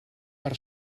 per